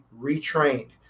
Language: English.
retrained